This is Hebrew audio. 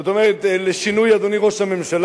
זאת אומרת, לשם שינוי, אדוני ראש הממשלה,